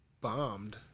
bombed